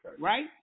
Right